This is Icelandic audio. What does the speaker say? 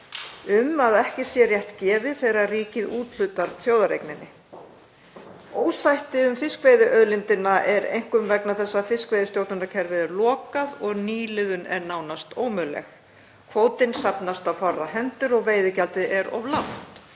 að ekki sé rétt gefið þegar ríkið úthlutar þjóðareigninni. Ósætti um fiskveiðiauðlindina er einkum vegna þess að fiskveiðistjórnarkerfið er lokað og nýliðun er nánast ómöguleg. Kvótinn safnast á fárra hendur, veiðigjaldið er of lágt